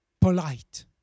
polite